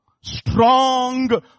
Strong